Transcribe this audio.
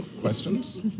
questions